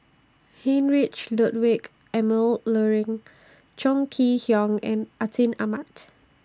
Heinrich Ludwig Emil Luering Chong Kee Hiong and Atin Amat